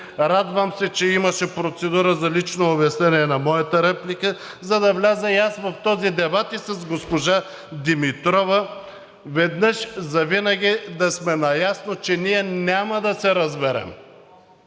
Радвам се, че имаше процедура за лично обяснение на моята реплика, за да вляза и аз в този дебат и с госпожа Димитрова веднъж завинаги да сме наясно, че ние няма да се разберем.